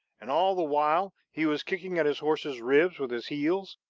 and all the while he was kicking at his horse's ribs with his heels,